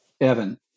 evan